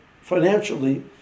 financially